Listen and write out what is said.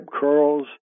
curls